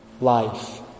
life